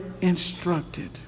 instructed